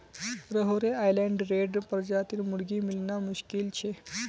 Rhode Island red प्रजातिर मुर्गी मिलना मुश्किल छ